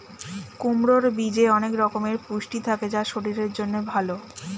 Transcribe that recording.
কুমড়োর বীজে অনেক রকমের পুষ্টি থাকে যা শরীরের জন্য ভালো